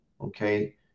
okay